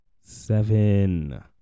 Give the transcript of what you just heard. Seven